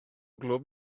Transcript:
glwb